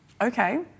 Okay